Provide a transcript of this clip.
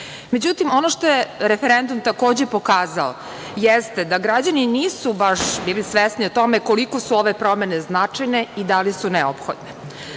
ono što je referendum takođe pokazao jeste da građani nisu baš bili svesni o tome koliko su ove promene značajne i da li su neophodne.